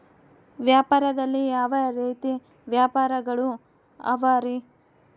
ವ್ಯಾಪಾರದಲ್ಲಿ ಯಾವ ರೇತಿ ವ್ಯಾಪಾರಗಳು ಅವರಿ?